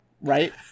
right